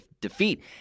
defeat